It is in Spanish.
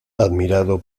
admirado